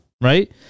right